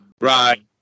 right